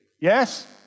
Yes